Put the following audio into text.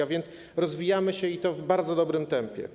A więc rozwijamy się, i to w bardzo dobrym tempie.